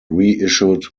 reissued